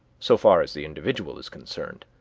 so far as the individual is concerned,